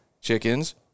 chickens